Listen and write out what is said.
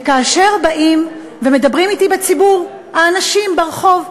וכאשר באים ומדברים אתי בציבור, האנשים ברחוב,